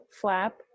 flap